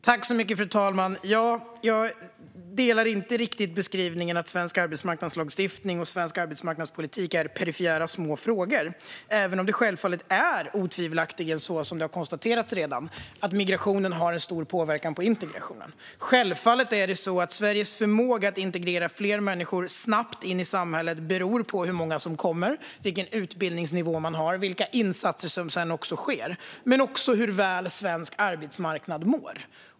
Fru talman! Jag delar inte riktigt beskrivningen att svensk arbetsmarknadslagstiftning och arbetsmarknadspolitik är små perifera frågor, även om det självfallet otvivelaktigt är så som det redan har konstaterats - att migrationen har stor påverkan på integrationen. Självfallet beror Sveriges förmåga att snabbt integrera fler människor in i samhället på hur många som kommer, vilken utbildningsnivå de har och vilka insatser som sedan sker. Det hela beror också på hur väl svensk arbetsmarknad mår.